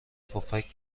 پفک